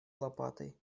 лопатой